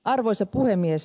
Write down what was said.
arvoisa puhemies